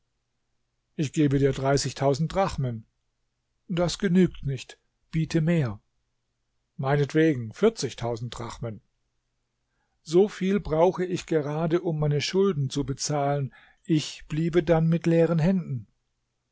ich gebe dir dreißigtausend drachmen das genügt nicht biete mehr meinetwegen vierzigtausend drachmen so viel brauche ich gerade um meine schulden zu bezahlen ich bliebe dann mit leeren händen